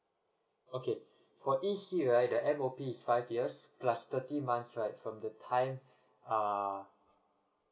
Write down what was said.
okay for E_C right the M_O_P is five years plus thirty months right from the time ah